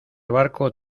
barco